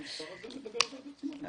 המספר הזה מדבר בעד עצמו.